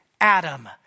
Adam